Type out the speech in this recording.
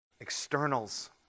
externals